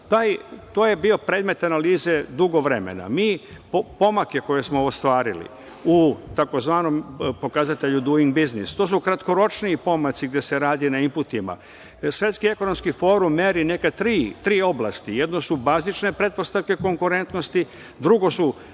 To je bio predmet analize dugo vremena. Mi pomake koje smo ostvarili u tzv. pokazatelju Duing biznis, to su kratkoročni pomaci gde se radi na inputima. Svetski ekonomski forum meri neke tri oblasti – jedno su bazične pretpostavke konkurentnosti, drugo su